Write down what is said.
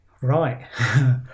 Right